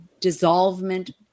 dissolvement